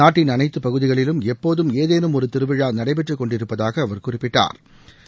நாட்டின் அனைத்துப்பகுதிகளிலும் எப்போதும் ஏதேனும் ஒரு திருவிழா நடைபெற்று கொண்டிருப்பதாக அவர் குறிப்பிட்டா்